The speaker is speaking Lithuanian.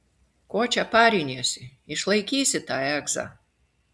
ko čia pariniesi išlaikysi tą egzą